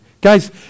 Guys